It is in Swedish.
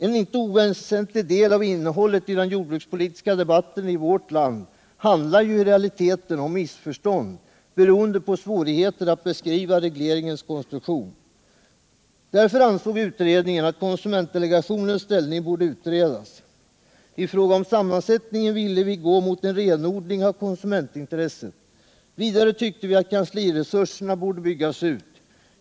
En inte oväsentlig del av innehållet i den jordbrukspolitiska debatten i vårt land handlar ju i realiteten om missförstånd, beroende på svårigheter att beskriva regleringens konstruktion. Därför ansåg utredningen att konsumentdelegationens ställning borde utredas. I fråga om sammansättningen ville vi gå mot en renodling av konsumentintresset. Vidare tyckte vi att kansliresurserna borde byggas ut.